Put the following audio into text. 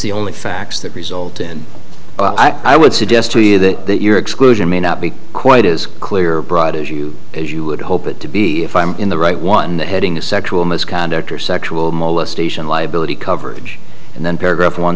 the only facts that result in i would suggest to you that your exclusion may not be quite as clear broad as you as you would hope it to be if i'm in the right one the heading of sexual misconduct or sexual molestation liability coverage and then paragraph one